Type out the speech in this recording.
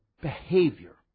behavior